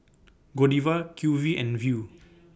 Godiva Q V and Viu